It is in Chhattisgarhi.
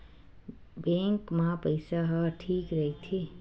बैंक मा पईसा ह ठीक राइथे?